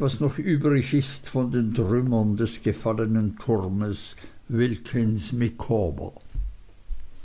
was noch übrig ist von den trümmern des gefallenen turmes wilkins